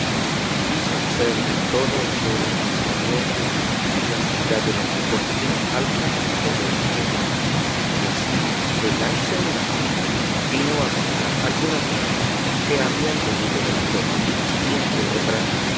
quiso hacer de todo en todo esperiencia si la sanidad de don quijote era falsa o verdadera y así de lance en lance vino a contar algunas nuevas que habían venido de la corte y entre otras